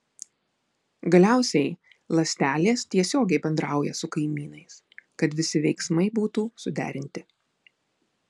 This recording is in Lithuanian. galiausiai ląstelės tiesiogiai bendrauja su kaimynais kad visi veiksmai būtų suderinti